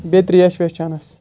بیٚیہِ ترٛیش ویش چٮ۪نس